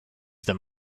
them